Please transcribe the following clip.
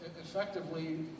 Effectively